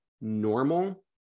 normal